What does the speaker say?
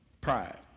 Pride